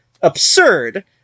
absurd